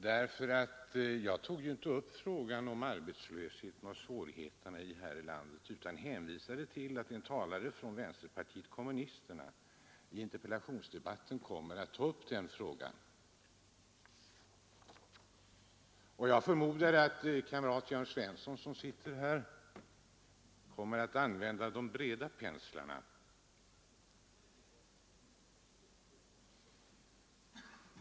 Jag tog nämligen inte upp frågan om arbetslösheten och sysselsättningssvårigheterna här i landet, utan jag hänvisade till att en talare från vänsterpartiet kommunisterna i interpellationsdebatten kommer att ta upp de problemen. Jag förmodar att kamrat Jörn Svensson, som sitter här i kammaren, kommer att använda de breda penslarna.